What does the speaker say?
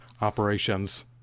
operations